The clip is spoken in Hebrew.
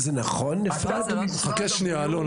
חכה שנייה אלון,